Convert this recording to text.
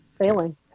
Failing